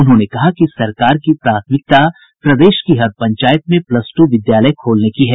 उन्होंने कहा कि सरकार की प्राथमिकता प्रदेश की हर पंचायत में प्लस टू विद्यालय खोलने की है